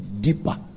deeper